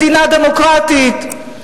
מדינה דמוקרטית,